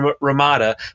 ramada